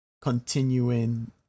continuing